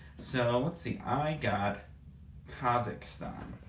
so let's see, i got kazakhstan.